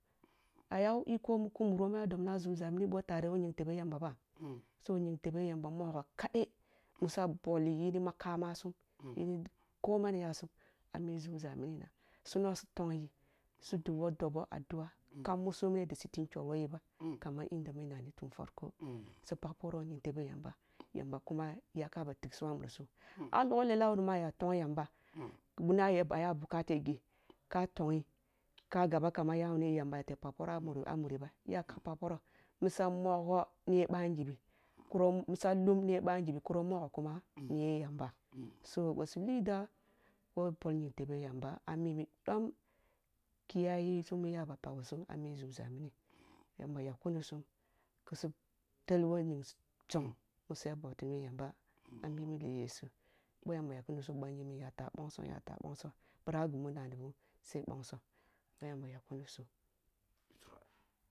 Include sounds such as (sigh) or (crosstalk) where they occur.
Aya wo iko mu ku muro mu ya dobna nzumza mini ъoni tare woh nying tebe yamba ba so nying tebe yamba kade musa bolyi ni makama sum (unintelligible) ko man yasum ah mi nzumza mini na su nona su tong yi su (unintelligible) dobo addua kam musu mini ɗi si tig nkyol who yi ba kaman inda mu nna ni tun farko si pag poroh yong tebe yamba-yamba kuma yaka ba tig sum a muri sum ъa logha lela man aya tong yamba wuni mah aya pag bukate ghi ka tonghi ka gab muni yamba yete pag poroh ah muri ah muri ba iya ka pag poroh misa mogho ni yeb bah ngibi kuro misa lum niye ba ngibi kuro mugho kuma niye yamba so bosi lidua who bol nying tebe yamba ah mimi ъom kiya ye sum mi lya ba pag bi sum ah mi nzumza mini yamba yak kun sum kisu tel woh ni zong siya bauti bi yamba ah mi lili yesu boh yamba yak kunisum ba nyimbi nya tah bongso-nya tah bongso nbira ghimu nna ni boh sai bongso ъoh yamba yak kuni sum